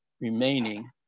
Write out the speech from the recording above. remaining